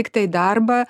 tiktai darbą